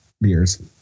beers